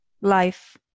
life